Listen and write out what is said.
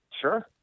Sure